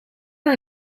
are